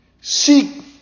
Seek